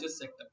sector